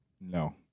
No